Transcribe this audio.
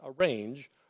arrange